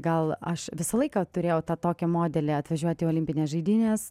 gal aš visą laiką turėjau tą tokį modelį atvažiuoti į olimpines žaidynes